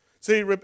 See